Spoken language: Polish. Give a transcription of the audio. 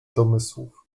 domysłów